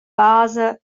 basa